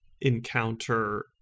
encounter